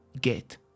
get